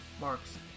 marks